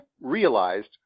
realized